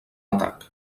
atac